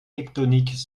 tectoniques